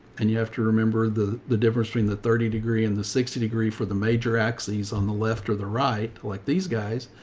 and you have to remember the the difference between the thirty degree and the sixty degree for the major axes on the left or the right, like these guys.